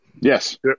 Yes